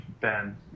Ben